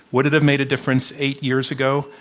would it have made a difference eight years ago,